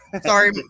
sorry